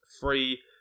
free